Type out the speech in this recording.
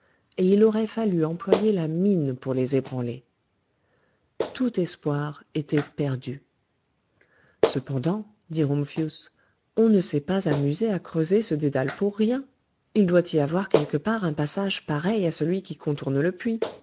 et il aurait fallu employer la mine pour les ébranler tout espoir était perdu cependant dit rumphius on ne s'est pas amusé à creuser ce dédale pour rien il doit y avoir quelque part un passage pareil à celui qui contourne le puits